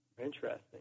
interesting